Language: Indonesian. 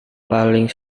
paling